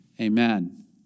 Amen